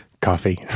Coffee